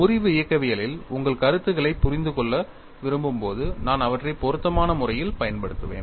முறிவு இயக்கவியலில் உள்ள கருத்துகளைப் புரிந்து கொள்ள விரும்பும் போது நான் அவற்றைப் பொருத்தமான முறையில் பயன்படுத்துவேன்